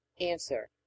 Answer